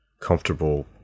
comfortable